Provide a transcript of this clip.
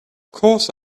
course